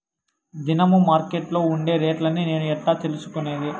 దినము మార్కెట్లో ఉండే రేట్లని నేను ఎట్లా తెలుసుకునేది?